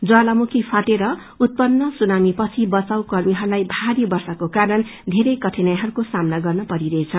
ज्वालामुखी फटनबाट उत्पन्न सुनामीपछि बचाव कर्मीहरूलाई भारी वर्षाको कारण बेरै आपत्तिहरूको सामना गर्न परिरहेछ